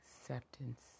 acceptance